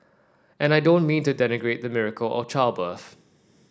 and I don't mean to denigrate the miracle of childbirth